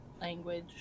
Language